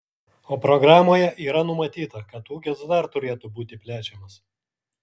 o programoje yra numatyta kad ūkis dar turėtų būti plečiamas